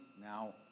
now